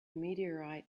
meteorite